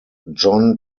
jon